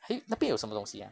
eh 那边有什么东西 ah